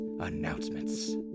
announcements